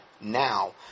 now